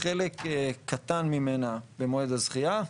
חלק קטן ממנה במועד הזכייה,